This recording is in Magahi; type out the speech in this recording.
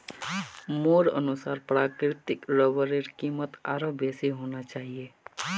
मोर अनुसार प्राकृतिक रबरेर कीमत आरोह बेसी होना चाहिए